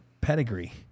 pedigree